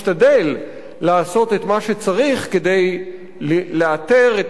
לעשות את מה שצריך כדי לאתר את העבריינים,